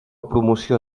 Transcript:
promoció